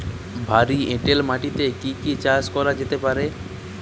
ভারী এঁটেল মাটিতে কি কি চাষ করা যেতে পারে?